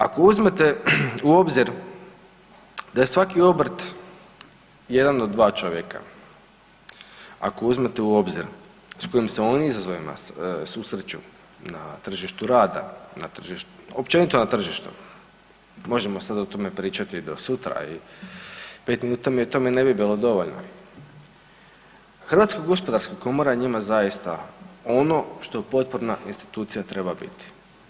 Ako uzmete u obzir da je svaki obrt jedan do dva čovjeka, ako uzmete u obzir s kojim se oni izazovima susreću na tržištu rada, općenito na tržištu, možemo o tome sad pričati do sutra i 5 minuta mi o tome ne bi bilo dovoljno, Hrvatska gospodarska komora je njima zaista ono što potporna institucija treba biti.